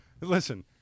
Listen